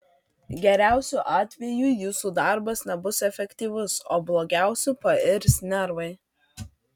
geriausiu atveju jūsų darbas nebus efektyvus o blogiausiu pairs nervai